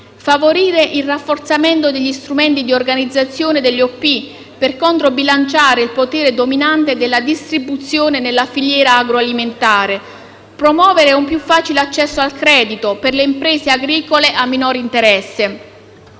favorire il rafforzamento degli strumenti di organizzazione delle OP per controbilanciare il potere dominante della distribuzione nella filiera agroalimentare; promuovere un più facile accesso al credito per le imprese agricole a minor interesse.